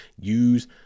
Use